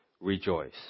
rejoice